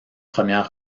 premières